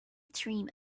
dream